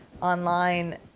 online